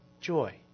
joy